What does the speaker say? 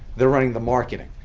they're running the marketing.